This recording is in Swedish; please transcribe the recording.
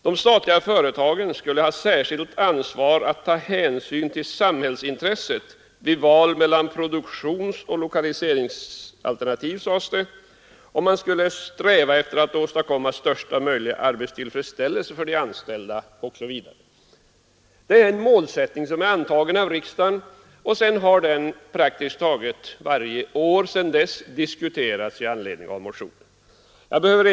De statliga företagen skulle ha ett särskilt ansvar att ta hänsyn till samhällsintresset vid val mellan olika produktionsoch lokaliseringsalternativ, sades det, man skulle sträva efter att åstadkomma största möjliga arbetstillfredsställelse för de anställda osv. Det är en målsättning som är antagen av riksdagen, och sedan har den praktiskt taget varje år diskuterats i anledning av motioner.